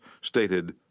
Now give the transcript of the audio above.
stated